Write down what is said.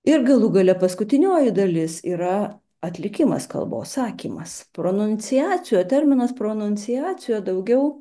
ir galų gale paskutinioji dalis yra atlikimas kalbos sakymas pronunciacioterminas pronunciacio daugiau